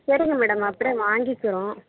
சரிங்க மேடம் அப்டி வாங்கிக்கிறோம்